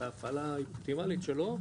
ההפעלה האופטימלית שלו,